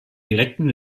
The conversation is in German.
direkten